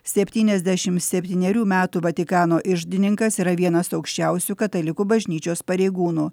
septyniasdešimt septynerių metų vatikano iždininkas yra vienas aukščiausių katalikų bažnyčios pareigūnų